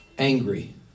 angry